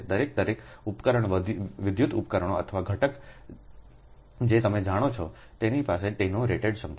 દરેક દરેક ઉપકરણ વિદ્યુત ઉપકરણો અથવા ઘટક જે તમે જાણો છો તેની પાસે તેની રેટેડ ક્ષમતા છે